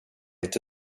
inte